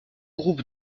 groupe